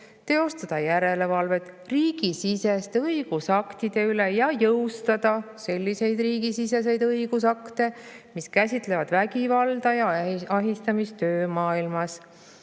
teostada järelevalvet riigisiseste õigusaktide üle ja jõustada selliseid riigisiseseid õigusakte, mis käsitlevad vägivalda ja ahistamist töömaailmas;